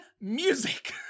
music